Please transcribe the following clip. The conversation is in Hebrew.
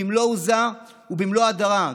במלוא עוזה ובמלוא הדרה,